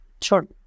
Sure